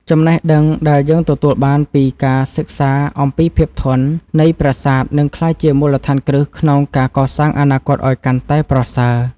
ចំណេះដឹងដែលយើងទទួលបានពីការសិក្សាអំពីភាពធន់នៃប្រាសាទនឹងក្លាយជាមូលដ្ឋានគ្រឹះក្នុងការកសាងអនាគតឱ្យកាន់តែប្រសើរ។